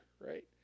right